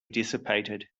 dissipated